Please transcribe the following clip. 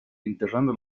enterrando